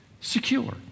secure